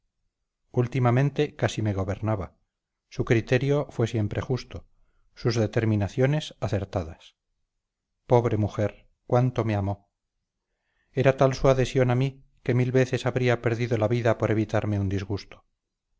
últimamente casi me gobernaba su criterio fue siempre justo sus determinaciones acertadas pobre mujer cuánto me amó era tal su adhesión a mí que mil veces habría perdido la vida por evitarme un disgusto